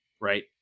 right